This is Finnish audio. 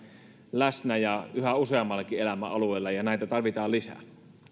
läsnä ja yhä useammallakin elämänalueella vaan näitä tarvitaan lisää